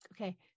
Okay